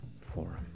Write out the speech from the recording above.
Forum